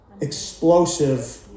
explosive